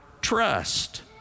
trust